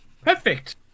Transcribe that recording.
Perfect